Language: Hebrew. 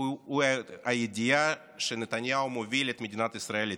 הוא הידיעה שנתניהו מוביל את מדינת ישראל לתהום.